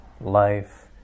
life